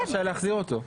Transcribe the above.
מי רשאי להחזיר אותו?